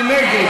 מי נגד?